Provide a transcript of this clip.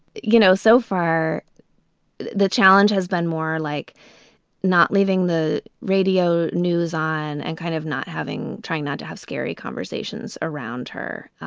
you know, so far the challenge has been more like not leaving the radio news on and kind of not having trying not to have scary conversations around her,